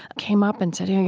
came up and said,